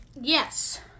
Yes